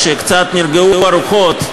כשקצת נרגעו הרוחות,